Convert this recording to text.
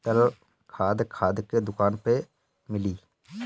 तरल खाद खाद के दुकान पर मिली